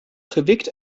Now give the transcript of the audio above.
gewikt